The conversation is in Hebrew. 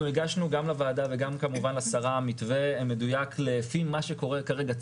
אנחנו הגשנו גם לוועדה וגם כמובן לשרה מתווה מדויק לפי מה שקורה כרגע,